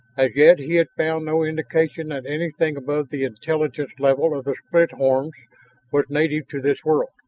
as yet he had found no indication that anything above the intelligence level of the split horns was native to this world.